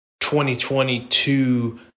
2022